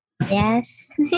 Yes